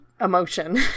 emotion